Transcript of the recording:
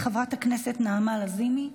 חברת הכנסת נעמה לזימי,